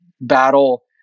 battle